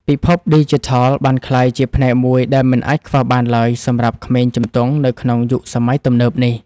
ពិភពឌីជីថលបានក្លាយជាផ្នែកមួយដែលមិនអាចខ្វះបានឡើយសម្រាប់ក្មេងជំទង់នៅក្នុងយុគសម័យទំនើបនេះ។